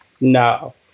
no